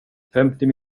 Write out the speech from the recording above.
femtio